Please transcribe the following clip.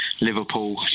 Liverpool